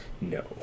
No